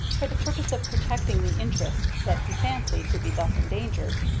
for the purpose of protecting the interests that he fancied to be thus endangered,